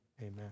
Amen